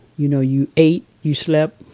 you know you ate, you slept,